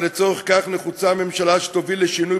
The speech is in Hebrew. ולצורך כך נחוצה ממשלה שתוביל לשינוי